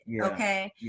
okay